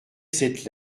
cette